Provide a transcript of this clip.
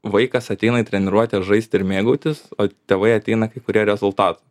vaikas ateina į treniruotę žaist ir mėgautis o tėvai ateina kai kurie rezultatų